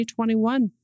2021